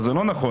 כך שזה לא נכון.